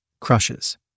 crushes